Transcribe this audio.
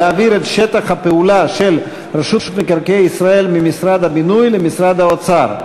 להעביר את שטח הפעולה של רשות מקרקעי ישראל ממשרד הבינוי למשרד האוצר.